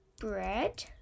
bread